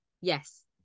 Yes